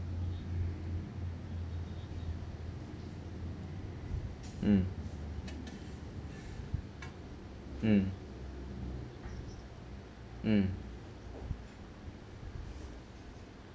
mm mm mm